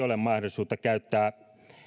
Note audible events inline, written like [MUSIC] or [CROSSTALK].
[UNINTELLIGIBLE] ole mahdollisuutta käyttää